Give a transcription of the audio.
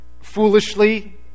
Foolishly